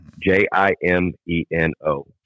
J-I-M-E-N-O